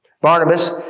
Barnabas